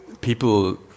people